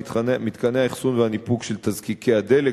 מתקני האחסון והניפוק של תזקיקי הדלק,